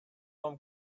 from